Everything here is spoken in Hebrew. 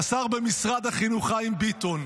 השר במשרד החינוך חיים ביטון.